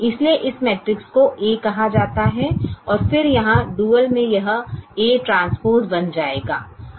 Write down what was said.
इसलिए इस मैट्रिक्स को A कहा जाता है फिर यहां डुअल में यह A ट्रांसपोज़ बन जाएगा